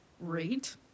rate